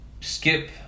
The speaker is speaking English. skip